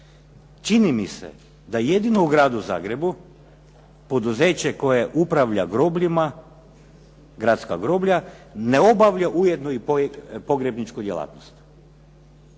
Čini mi se da jedino u Gradu Zagrebu poduzeće koje upravlja grobljima "Gradska groblja" ne obavlja ujedno i pogrebničku djelatnost.